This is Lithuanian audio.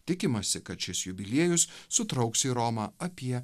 tikimasi kad šis jubiliejus sutrauks į romą apie